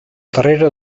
darrere